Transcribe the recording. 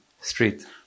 street